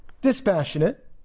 Dispassionate